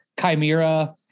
Chimera